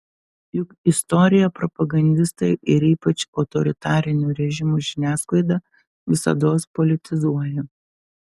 juk istoriją propagandistai ir ypač autoritarinių režimų žiniasklaida visados politizuoja